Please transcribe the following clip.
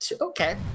Okay